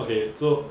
okay so